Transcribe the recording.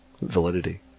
validity